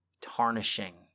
tarnishing